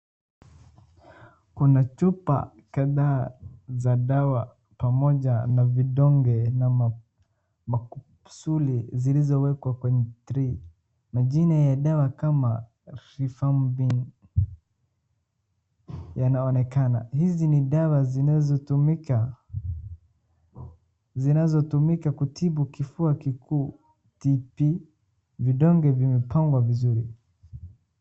Kuna chupa kadhaa za dawa pamoja na vidonge na makusuli zilizowekwa kwenye trey , majina ya dawa kama resomething yanaonekna , hizi ni dawa zinazotumika kutibu kifua kikuu tb ,vidonge vimepangwa vizuri.